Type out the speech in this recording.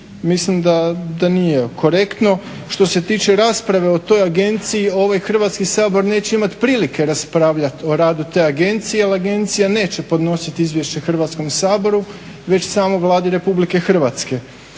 mislim da nije korektno. Što se tiče rasprave o toj agenciji, ovaj Hrvatski sabor neće imat prilike raspravljat o radu te agencije jer agencija neće podnosit izvješće Hrvatskom saboru, već samo Vladi Republike Hrvatske.